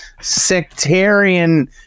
sectarian